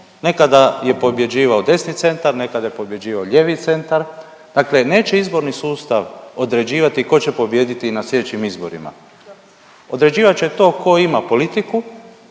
nekada je pobjeđivao desni centar, nekada je pobjeđivao lijevi centar. Dakle, neće izborni sustav određivati tko će pobijediti na slijedećim izborima. Određivat će to tko ima politiku,